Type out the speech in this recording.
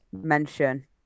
mention